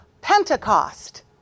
Pentecost